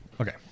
Okay